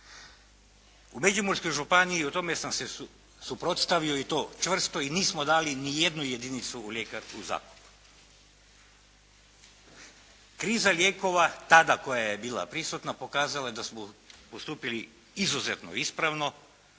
U Međimurskoj županiji i tome sam se suprotstavio i to čvrsto i nismo dali ni jednu jedinicu ljekarne u zakup. Kriza lijekova tada koja je bila prisutna pokazala je da smo postupili izuzetno ispravno